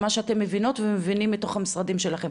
ממה שאתם מבינות ומבינים מתוך המשרדים שלכם,